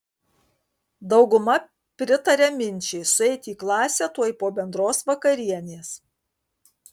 dauguma pritaria minčiai sueiti į klasę tuoj po bendros vakarienės